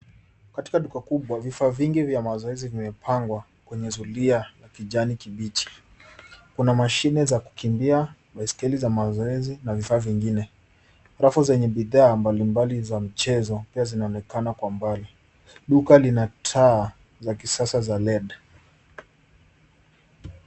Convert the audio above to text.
Katika duka kubwa, vifaa vingi vya mazoezi vimepangwa kwenye zulia kijani kibichi. Kuna mashine za kukimbia, baiskeli za mazoezi na vifaa vingine. Rafu zenye bidhaa mbalimbali za mchezo pia zinaonekana kwa mbali. Duka lina taa za kisasa za led .